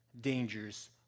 dangers